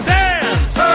dance